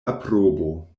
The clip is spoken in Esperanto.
aprobo